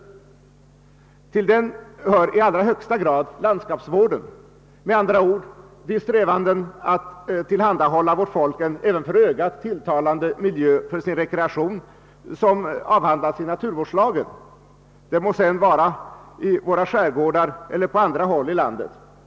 Landskapsvården hör i allra högsta grad dit, med andra ord de strävanden som görs för att tillhandahålla vårt folk den även för ögat tilltalande miljö för rekreation som avhandlas i naturvårdslagen, det må sedan gälla våra skärgårdar eller andra områden i landet.